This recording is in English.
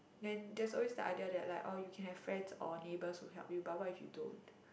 then there's always the idea that like you can have friends or neighbour to help you but what if you don't